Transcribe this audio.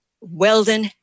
Weldon